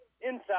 inside